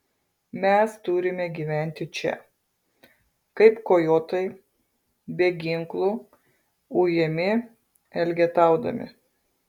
mes turime gyventi čia kaip kojotai be ginklų ujami elgetaudami